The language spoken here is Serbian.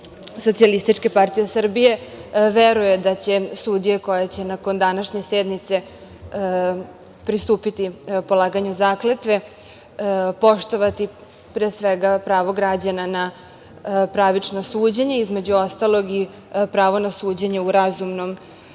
poslanička grupa SPS veruje da će sudije koje će nakon današnje sednice pristupiti polaganju zakletve, poštovati, pre svega pravo građana na pravično suđenje, između ostalog i pravo na suđenje u razumnom roku,